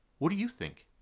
what do you think?